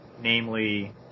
namely